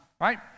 right